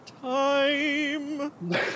time